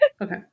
Okay